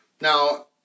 Now